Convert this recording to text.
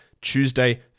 Tuesday